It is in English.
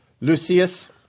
Lucius